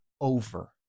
over